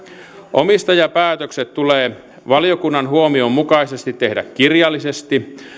omistajapäätökset tulee valiokunnan huomion mukaisesti tehdä kirjallisesti